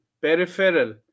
peripheral